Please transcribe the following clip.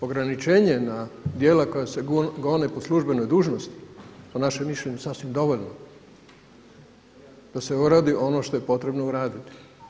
Ograničenje na djela koja se gone po službenoj dužnosti, po našem mišljenju sasvim dovoljno da se uradi ono što je potrebno uraditi.